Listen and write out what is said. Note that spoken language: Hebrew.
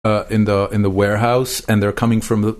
In the in the warehouse and they're coming from the